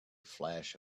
flash